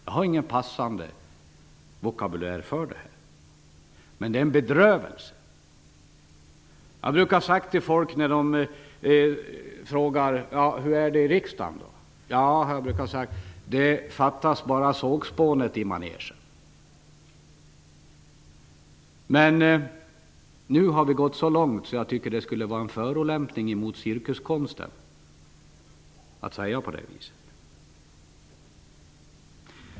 Jag har ingen passande vokabulär för det, men det är bedrövligt. När folk frågar hur det är i riksdagen, har jag brukat säga: Det fattas bara sågspånet i manegen. Men nu har det gått så långt att jag tycker det skulle vara en förolämpning emot cirkuskonsten att säga så.